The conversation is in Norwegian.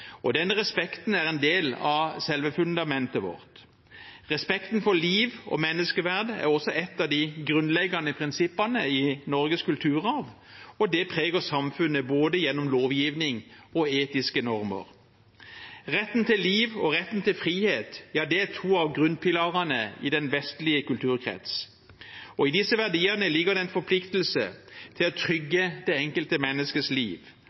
og denne respekten er en del av selve fundamentet vårt. Respekten for liv og menneskeverd er også et av de grunnleggende prinsippene i Norges kulturarv, og det preger samfunnet både gjennom lovgivning og gjennom etiske normer. Retten til liv og retten til frihet er to av grunnpilarene i den vestlige kulturkretsen. I disse verdiene ligger en forpliktelse til å trygge det enkelte menneskets liv